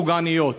הפוגעניות,